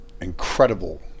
incredible